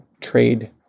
trade